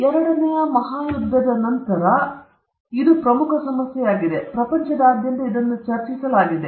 ಎರಡನೆಯ ಮಹಾಯುದ್ಧದ ನಂತರ ಇದು ಪ್ರಮುಖ ಸಮಸ್ಯೆಯಾಗಿದೆ ಮತ್ತು ಪ್ರಪಂಚದಾದ್ಯಂತ ಇದನ್ನು ಚರ್ಚಿಸಲಾಗಿದೆ